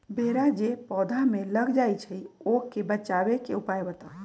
भेरा जे पौधा में लग जाइछई ओ से बचाबे के उपाय बताऊँ?